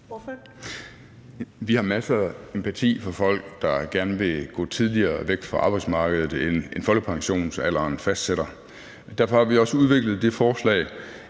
Vi har masser af empati over for folk, der gerne vil gå tidligere fra arbejdsmarkedet, end folkepensionsalderen fastsætter, og derfor har vi også udviklet det forslag,